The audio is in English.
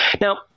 Now